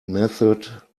method